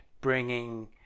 bringing